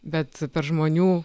bet per žmonių